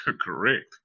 Correct